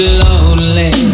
lonely